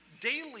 daily